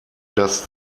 das